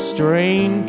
Strain